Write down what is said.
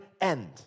end